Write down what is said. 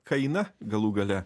kaina galų gale